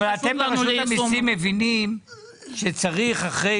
אבל אתם ברשות המיסים מבינים שצריך אחרי